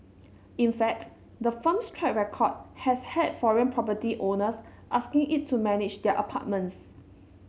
in fact the firm's track record has had foreign property owners asking it to manage their apartments